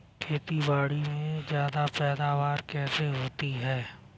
खेतीबाड़ी में ज्यादा पैदावार कैसे होती है?